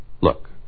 Look